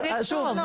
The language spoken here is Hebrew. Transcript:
צריך לכתוב.